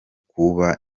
kuba